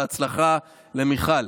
בהצלחה למיכל.